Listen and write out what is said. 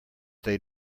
they